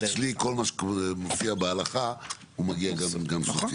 כי אצלי כל מה שמופיע בהלכה הוא מגיע גם סוציאלית.